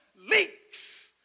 leaks